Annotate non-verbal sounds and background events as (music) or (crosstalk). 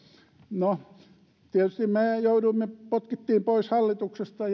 no tietysti me jouduimme potkituksi pois hallituksesta (unintelligible)